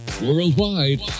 Worldwide